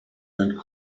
and